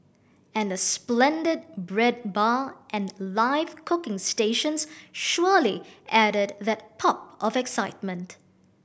and a splendid bread bar and live cooking stations surely added that pop of excitement